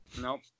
Nope